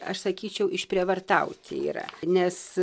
aš sakyčiau išprievartauti yra nes